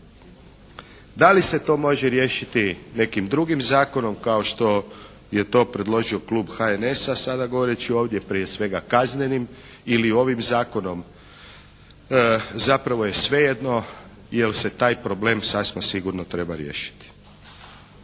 Da li se to može riješiti nekim drugim zakonom kao što je to predložio klub HNS-a sada govoreći ovdje prije svega kaznenim ili ovim zakonom, zapravo je svejedno, jer se taj problem sasma sigurno treba riješiti.